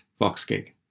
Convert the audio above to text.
VoxGig